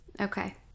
Okay